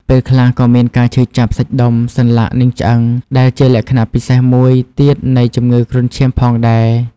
ពេលខ្លះក៏មានការឈឺចាប់សាច់ដុំ សន្លាក់ និងឆ្អឹង ដែលជាលក្ខណៈពិសេសមួយទៀតនៃជំងឺគ្រុនឈាមផងដែរ ។